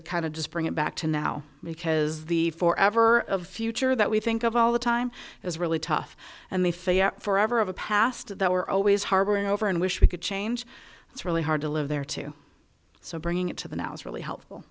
kind of just bring it back to now because the for ever of future that we think of all the time is really tough and they face forever of a past that were always harboring over and wish we could change it's really hard to live there too so bringing it to the now is really